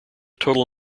total